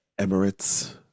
Emirates